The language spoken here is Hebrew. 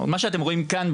מה שאתם רואים כאן,